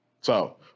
So-